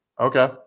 Okay